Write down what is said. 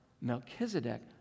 Melchizedek